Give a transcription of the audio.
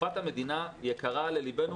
קופת המדינה יקרה לליבנו,